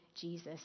Jesus